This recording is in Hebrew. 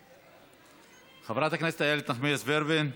אינה נוכחת, חברת הכנסת איילת נחמיאס ורבין,